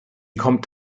kommt